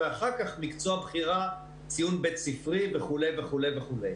ואחר כך מקצוע בחירה ציון בית-ספרי וכו' וכו'.